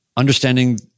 understanding